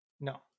No